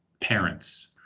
parents